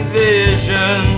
vision